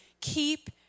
Keep